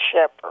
shepherd